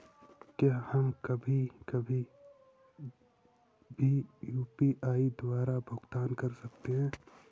क्या हम कभी कभी भी यू.पी.आई द्वारा भुगतान कर सकते हैं?